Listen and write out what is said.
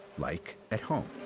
like at home.